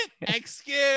Excuse